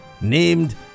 Named